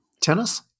Tennis